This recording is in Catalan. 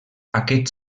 aquests